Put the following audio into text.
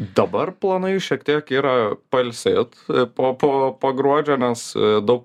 dabar planai šiek tiek yra pailsėt po po po gruodžio nes daug